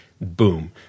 boom